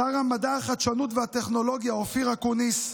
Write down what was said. שר המדע, החדשנות והטכנולוגיה אופיר אקוניס,